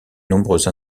nombreuses